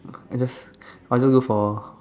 I just I just look for